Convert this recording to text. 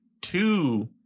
two